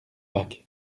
bac